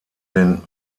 den